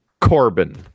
Corbin